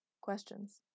Questions